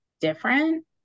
different